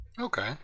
Okay